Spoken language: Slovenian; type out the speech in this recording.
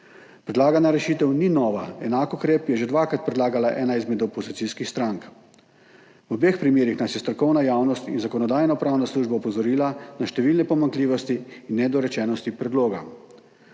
Predlagana rešitev ni nova, enak ukrep je že dvakrat predlagala ena izmed opozicijskih strank. V obeh primerih sta nas strokovna javnost in Zakonodajno-pravna služba opozorili na številne pomanjkljivosti in nedorečenosti predloga.